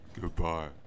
Goodbye